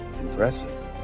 Impressive